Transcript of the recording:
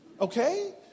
okay